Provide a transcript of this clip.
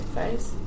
face